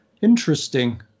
interesting